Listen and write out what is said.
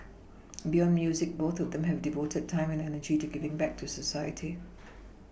beyond music both of them have devoted time and energy to giving back to society